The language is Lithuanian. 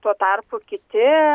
tuo tarpu kiti